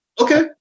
Okay